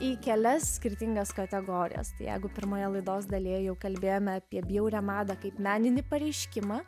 į kelias skirtingas kategorijas tai jeigu pirmoje laidos daly jau kalbėjome apie bjaurią madą kaip meninį pareiškimą